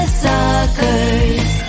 suckers